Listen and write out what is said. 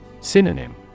Synonym